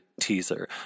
teaser